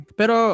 pero